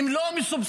הן לא מסובסדות.